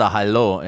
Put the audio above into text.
Hello